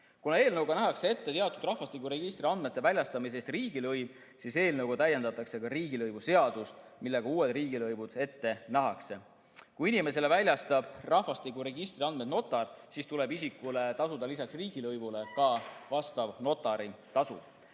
Kuna eelnõuga nähakse ette teatud rahvastikuregistri andmete väljastamise eest riigilõiv, siis eelnõuga täiendatakse ka riigilõivuseadust, millega uued riigilõivud ette nähakse. Kui inimesele väljastab rahvastikuregistri andmed notar, siis tuleb isikul tasuda lisaks riigilõivule ka vastav notari tasu.